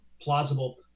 plausible